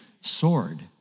sword